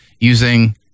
using